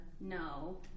no